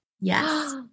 Yes